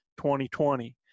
2020